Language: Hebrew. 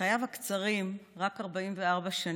בחייו הקצרים, רק 44 שנים,